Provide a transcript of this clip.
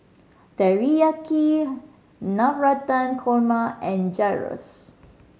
Teriyaki Navratan Korma and Gyros